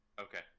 Okay